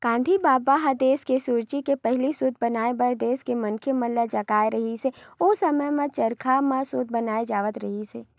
गांधी बबा ह देस के सुराजी के पहिली सूत बनाए बर देस के मनखे मन ल जगाए रिहिस हे, ओ समे म चरखा म सूत बनाए जावत रिहिस हे